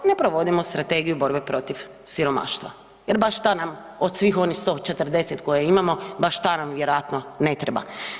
Ne provodimo strategiju borbe protiv siromaštva jer baš ta nam od svih onih 140 koje imamo, baš ta nam vjerojatno ne treba.